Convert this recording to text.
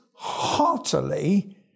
heartily